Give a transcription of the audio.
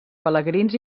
pelegrins